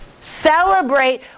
Celebrate